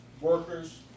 workers